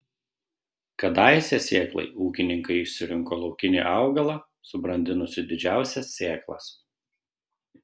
kadaise sėklai ūkininkai išsirinko laukinį augalą subrandinusį didžiausias sėklas